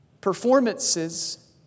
Performances